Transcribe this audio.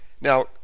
Now